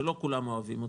שלא כולם אוהבים אותה,